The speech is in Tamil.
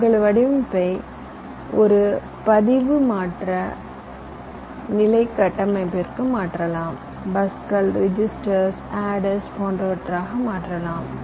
உங்கள் வடிவமைப்பை ஒரு பதிவு பரிமாற்ற நிலை கட்டமைப்பிற்கு மாற்றலாம் பஸ்கள் ரெஜிஸ்டர்ஸ் அடர்ஸ் போன்றவற்றாக மாற்றலாம்